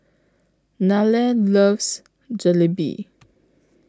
Nella loves Jalebi